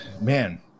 Man